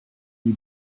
die